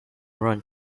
run